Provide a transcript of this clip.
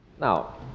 Now